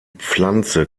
pflanze